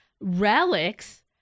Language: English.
Relics